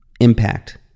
impact